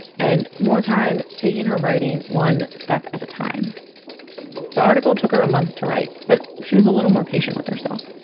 and more time taking her writing one step at a time the article took her a month to write, but she was a little more patient with herself